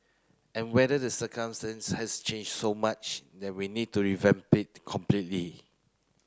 and whether the circumstance has changed so much that we need to revamp it completely